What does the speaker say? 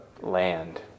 land